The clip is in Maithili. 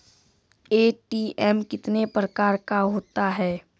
ए.टी.एम कितने प्रकार का होता हैं?